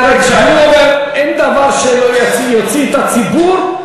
כשאני אומר "אין דבר שלא יוציא את הציבור",